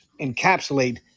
encapsulate